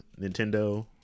Nintendo